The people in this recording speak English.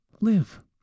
live